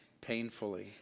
Painfully